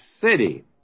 city